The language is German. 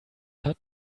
hat